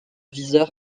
viseur